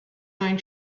nine